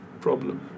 problem